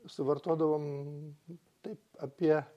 suvartodavom taip apie